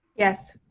yes.